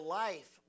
life